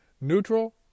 Neutral